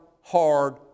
hard